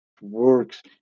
works